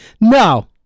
No